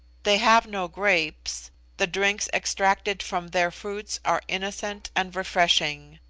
they have no grapes the drinks extracted from their fruits are innocent and refreshing.